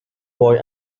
boy